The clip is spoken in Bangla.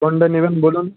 কোনটা নিবেন বলুন